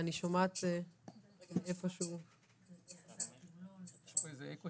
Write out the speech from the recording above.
גם כאן,